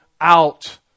out